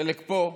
חלק פה,